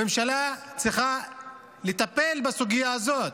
הממשלה צריכה לטפל בסוגיה הזאת,